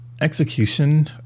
execution